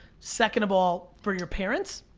second of all for your parents,